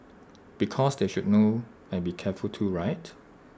because they should know and be careful too right